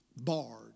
barred